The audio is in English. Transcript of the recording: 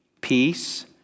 peace